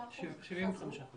75%